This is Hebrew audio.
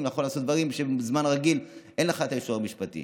ולעשות דברים שבזמן רגיל אין לך את האישור המשפטי